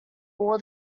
wore